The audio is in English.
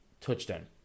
Touchdown